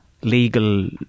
legal